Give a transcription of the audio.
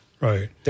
Right